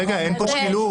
אין פה שקילות,